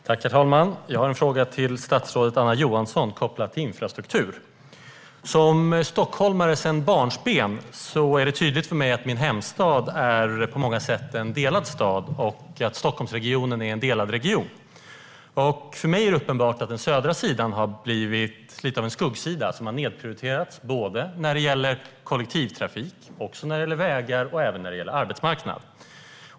Herr talman! Jag har en fråga till statsrådet Anna Johansson som har med infrastruktur att göra. Som stockholmare sedan barnsben är det tydligt för mig att min hemstad på många sätt är en delad stad och att Stockholmsregionen är en delad region. För mig är det uppenbart att den södra sidan har blivit lite av en skuggsida, som har nedprioriterats både när det gäller kollektivtrafik och när det gäller vägar och arbetsmarknad.